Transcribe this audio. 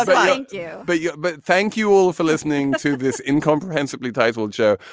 um thank you. but yeah but thank you all for listening to this incomprehensively title, joe.